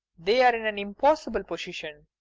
they are in an impossible position.